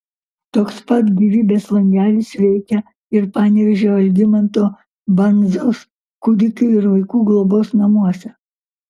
toks pat gyvybės langelis veikia ir panevėžio algimanto bandzos kūdikių ir vaikų globos namuose